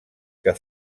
que